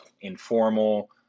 informal